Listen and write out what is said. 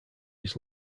his